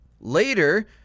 Later